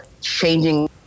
changing